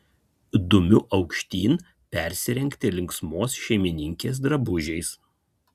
dumiu aukštyn persirengti linksmos šeimininkės drabužiais